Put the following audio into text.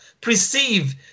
perceive